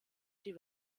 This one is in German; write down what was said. die